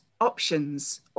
options